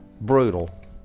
brutal